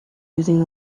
using